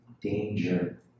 danger